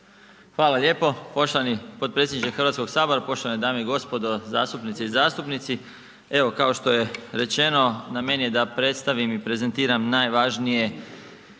Hvala lijepo poštovani potpredsjedniče Hrvatskog sabora, poštovane dame i gospodo zastupnice i zastupnici. Evo kao što je rečeno, na meni je da predstavim i prezentiram najvažnije